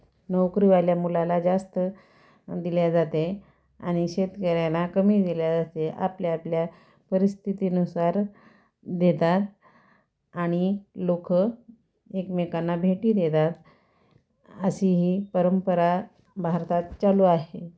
नोकरीवाल्या मुलाला जास्त दिले जाते आणि शेतकऱ्यांना कमी दिले जाते आपल्याआपल्या परिस्थितीनुसार देतात आणि लोक एकमेकांना भेटी देतात अशी ही परंपरा भारतात चालू आहे